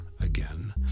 again